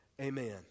Amen